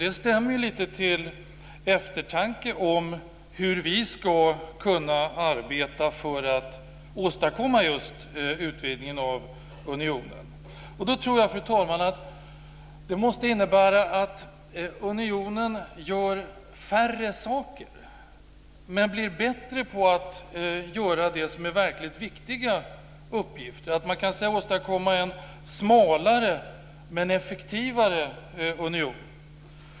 Det stämmer lite till eftertanke om hur vi ska kunna arbeta för att åstadkomma just utvidgningen av unionen. Då tror jag, fru talman, att det måste innebära att unionen gör färre saker men blir bättre på att göra det som är verkligt viktiga uppgifter, att man kanske kan åstadkomma en smalare men en effektivare union.